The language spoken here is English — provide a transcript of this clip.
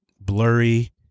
blurry